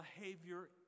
behavior